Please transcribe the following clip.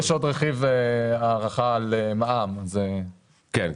עוד רכיב הארכה על מע"מ --- כן,